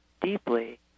deeply